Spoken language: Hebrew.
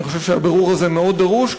אני חושב שהבירור הזה מאוד דרוש,